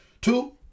Two